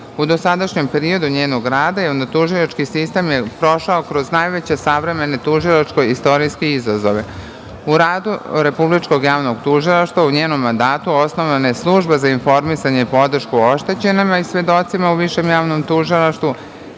U dosadašnjem periodu njenog rada, javno-tužilački sistem je prošao kroz najveće savremene tužilačko-istorijske izazove.U radu Republičkog javnog tužilaštva, u njenom mandatu, osnovana je Služba za informisanje i podršku oštećenome i svedocima u Višem javnom tužilaštvu,